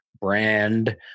brand